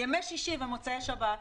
ימי שישי ומוצאי שבת,